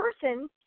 person